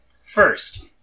First